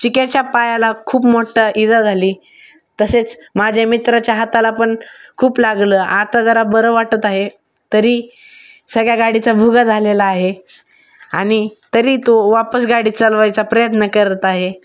चिक्याच्या पायाला खूप मोठ्ठा इजा झाली तसेच माझे मित्राच्या हाताला पण खूप लागलं आता जरा बरं वाटत आहे तरी सगळ्या गाडीचा भुगा झालेला आहे आणि तरी तो वापस गाडी चालवायचा प्रयत्न करत आहे